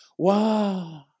Wow